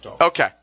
Okay